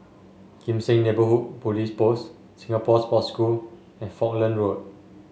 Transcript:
Kim Seng Neighbourhood Police Post Singapore Sports School and Falkland Road